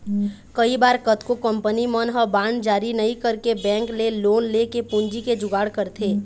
कई बार कतको कंपनी मन ह बांड जारी नइ करके बेंक ले लोन लेके पूंजी के जुगाड़ करथे